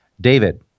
David